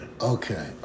okay